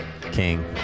King